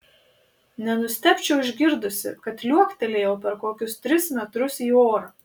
nenustebčiau išgirdusi kad liuoktelėjau per kokius tris metrus į orą